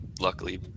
luckily